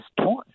torn